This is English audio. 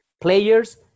players